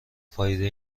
فایده